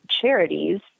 charities